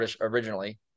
originally